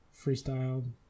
freestyle